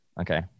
Okay